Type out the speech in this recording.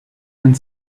and